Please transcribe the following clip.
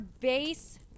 base